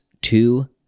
two